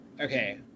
Okay